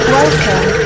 Welcome